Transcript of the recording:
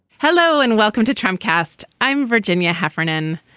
hello and welcome to trump cast. i'm virginia heffernan.